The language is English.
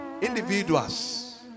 individuals